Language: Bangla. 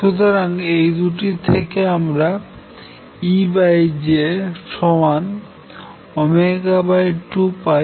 সুতরাং এই দুটি থেকে আমরা EJ2π অথবা EνJপাই